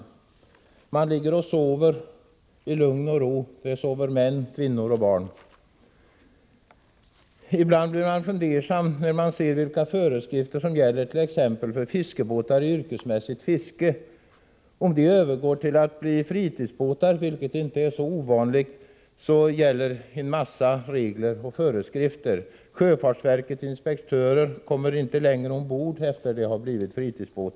Hela familjer, män, kvinnor och barn, ligger och sover i lugn och ro. Ibland blir man fundersam när man ser vilka föreskrifter som gäller för t.ex. båtar i yrkesmässigt fiske. Om de övergår till att bli fritidsbåtar, vilket inte är ovanligt, gäller såvitt jag vet inga föreskrifter. Sjöfartsverkets inspektörer kommer inte längre ombord.